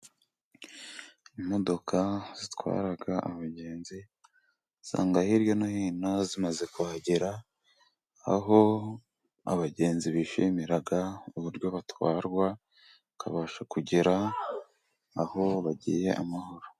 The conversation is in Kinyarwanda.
Imodoka zitwara abagenzi usanga hirya no hino zimaze kuhagera. Aho abagenzi bishimira uburyo batwarwa bakabasha kugera aho bagiye amahoro.